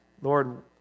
Lord